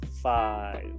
Five